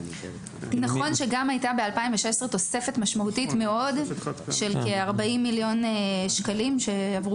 ב-2016 הייתה תוספת משמעותית של כ-40 מיליון שקלים שעברו